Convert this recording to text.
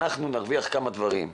אנחנו נרוויח כמה דברים.